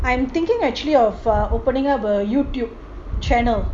I'm thinking actually of opening up a youtube channel